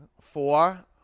Four